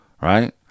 right